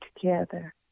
together